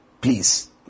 please